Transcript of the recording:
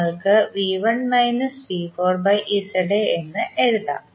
നിങ്ങൾക്ക് എന്ന് എഴുതാം